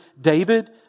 David